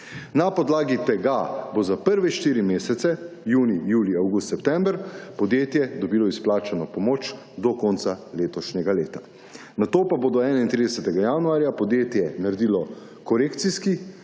Na podlagi tega bo za prve štiri mesece: junij, julij, avgust, september, podjetje dobilo izplačano pomoč do konca letošnjega leta. Nato pa bodo 31. januarja podjetje naredilo korekcijsko